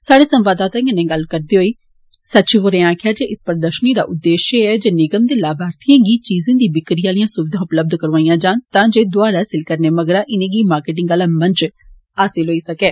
साह्डे संवाददाता कन्नै गल्ल करदे होई सचिव होरें आक्खेआ जे इस प्रदर्षनी दा उद्देष्य ऐ जे निगम दे लाभार्थिएं गी चीजें दी बिक्री आलियां सुविधा उपलब्ध करौआइयां जान तां जे दौहार हासिल करने मगरा इनें गी मार्किटिंग आला मंच हासिल होई सकै